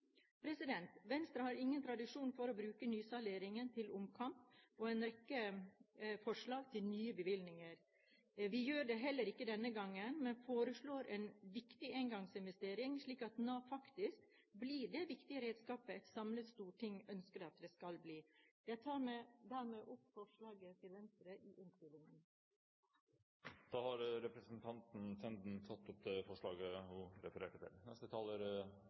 Venstre har ingen tradisjon for å bruke nysalderingen til omkamp og fremme en rekke forslag til nye bevilgninger. Vi gjør det heller ikke denne gangen, men vi foreslår en viktig engangsinvestering slik at Nav faktisk blir det viktige redskapet et samlet storting ønsker at det skal bli. Jeg tar med dette opp Venstres forslag i innstillingen. Representanten Borghild Tenden har tatt opp det forslaget hun refererte til.